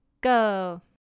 go